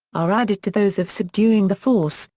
are added to those of subduing the force,